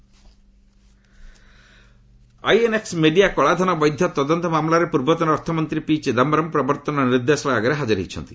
ED Chidambaram INX media କଳାଧନ ବୈଧ ତଦନ୍ତ ମାମଲାରେ ପୂର୍ବତନ ଅର୍ଥମନ୍ତ୍ରୀ ପି ଚିଦାୟରମ୍ ପ୍ରବର୍ତ୍ତନ ନିର୍ଦ୍ଦେଶାଳୟ ଆଗରେ ହାଜର ହୋଇଛନ୍ତି